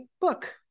book